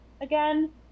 again